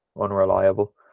unreliable